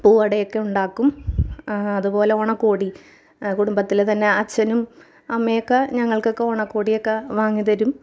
പൂവട ഒക്കെ ഉണ്ടാക്കും അതുപോലെ ഓണക്കോടി കുടുംബത്തിലെ തന്നെ അച്ഛനും അമ്മയുമൊക്കെ ഞങ്ങൾക്ക് ഒക്കെ ഓണക്കോടി ഒക്കെ വാങ്ങി തരും